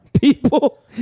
People